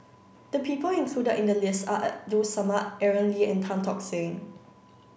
the people included in the list are Abdul Samad Aaron Lee and Tan Tock Seng